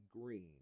green